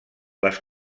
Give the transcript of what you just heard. les